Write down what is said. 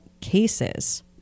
cases